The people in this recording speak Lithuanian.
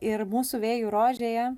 ir mūsų vėjų rožėje